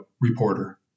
reporter